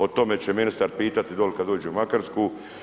O tome će ministar pitati dolje kada dođe u Makarsku.